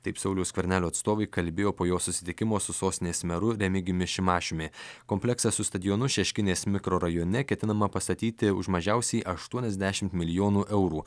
taip sauliaus skvernelio atstovai kalbėjo po jo susitikimo su sostinės meru remigijumi šimašiumi kompleksas stadionus šeškinės mikrorajone ketinama pastatyti už mažiausiai aštuoniasdešimt milijonų eurų